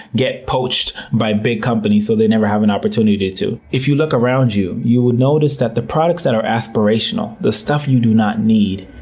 get poached by big company, so they never have an opportunity to. if you look around you, you would notice that the products that are aspirational, the stuff you do not need,